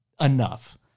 enough